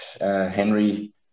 Henry